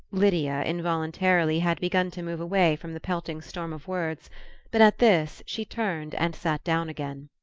lydia, involuntarily, had begun to move away from the pelting storm of words but at this she turned and sat down again.